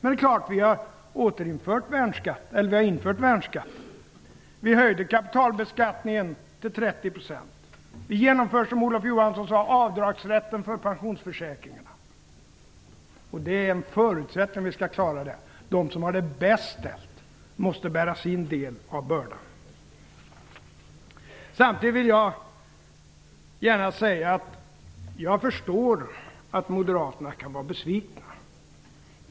Vi har infört värnskatten. Vi höjde kapitalbeskattningen till 30 %. Vi genomförde avdragsrätten för pensionsförsäkringarna, som Olof Johansson sade. Det är en förutsättning om vi skall klara detta. De som har det bäst ställt måste bära sin del av bördan. Samtidigt vill jag gärna säga att jag förstår att moderaterna kan vara besvikna.